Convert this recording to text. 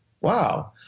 Wow